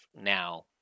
now